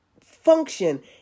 function